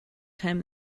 time